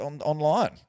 online